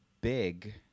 Big